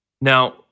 Now